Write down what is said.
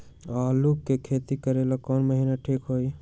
आलू के खेती करेला कौन महीना ठीक होई?